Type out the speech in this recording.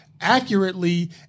Accurately